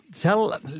Tell